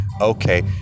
Okay